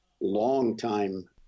longtime